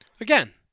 Again